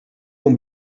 vont